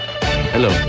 Hello